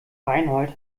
reinhold